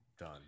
done